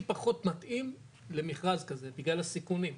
פחות מתאים למכרז כזה בגלל הסיכונים.